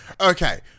okay